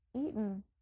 eaten